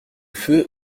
feu